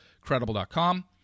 credible.com